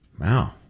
Wow